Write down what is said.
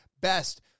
best